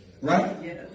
Right